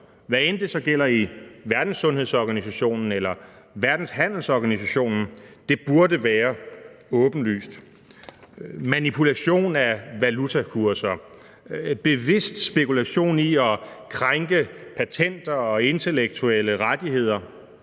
hvad end det så gælder i Verdenssundhedsorganisationen eller i Verdenshandelsorganisationen, burde være åbenlyst. Manipulationer af valutakurser, bevidst spekulation i at krænke patenter og intellektuelle rettigheder